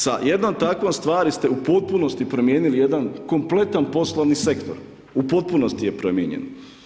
Sa jednom takvom stvari ste u potpunosti promijenili jedan kompletan poslovni sektor, u potpunosti je promijenjen.